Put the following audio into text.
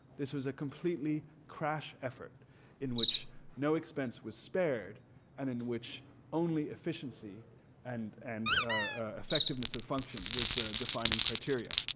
this was a completely crash effort in which no expense was spared and in which only efficiency and and effectiveness of function was the defining criteria.